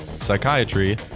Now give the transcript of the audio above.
psychiatry